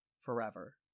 forever